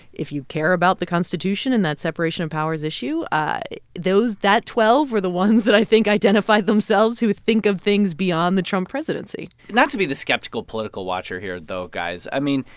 if you care about the constitution and that separation of powers issue, those that twelve were the ones that i think identified themselves who think of things beyond the trump presidency not to be the skeptical political watcher here though, guys, i mean,